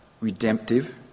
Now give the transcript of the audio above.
redemptive